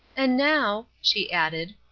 and now, she added,